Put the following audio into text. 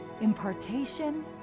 impartation